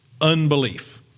unbelief